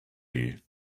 and